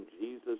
jesus